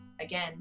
Again